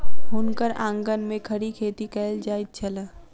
हुनकर आंगन में खड़ी खेती कएल जाइत छल